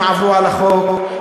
אם עברו על החוק,